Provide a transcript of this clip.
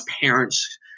parents